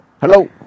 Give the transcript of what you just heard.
Hello